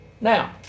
Now